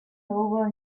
over